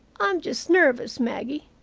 i'm just nervous, maggie,